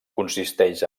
consisteix